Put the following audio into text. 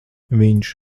viņš